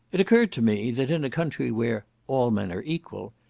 it occurred to me, that in a country where all men are equal,